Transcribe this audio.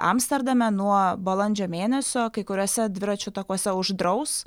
amsterdame nuo balandžio mėnesio kai kuriuose dviračių takuose uždraus